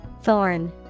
Thorn